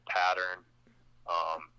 pattern